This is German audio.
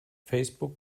facebook